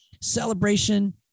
celebration